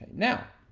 now,